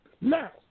Now